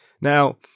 now